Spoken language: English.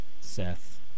Seth